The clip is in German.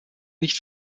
nicht